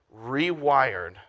rewired